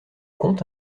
comte